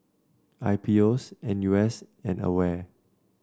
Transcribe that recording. I P O S N U S and Aware